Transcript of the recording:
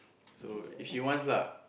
so if she wants lah